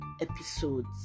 Episodes